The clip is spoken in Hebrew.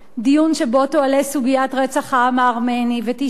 דיון שבו תועלה סוגיית רצח העם הארמני ותישמע